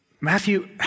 Matthew